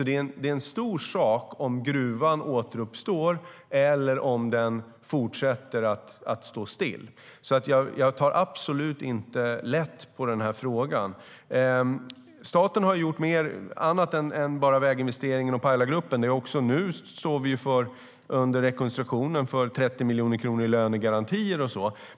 Det är alltså en stor sak om gruvan återuppstår eller om den fortsätter att stå still, och jag tar absolut inte lätt på denna fråga. Staten har gjort annat än väginvesteringen och Pajalagruppen. Under rekonstruktionen står vi för 30 miljoner kronor i lönegarantier.